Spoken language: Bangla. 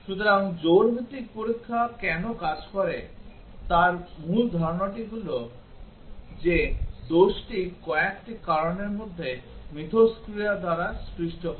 সুতরাং জোড়া ভিত্তিক পরীক্ষা কেন কাজ করে তার মূল ধারণা হল যে দোষটি কয়েকটি কারণের মধ্যে মিথস্ক্রিয়া দ্বারা সৃষ্ট হয়